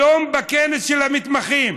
היום בכנס של המתמחים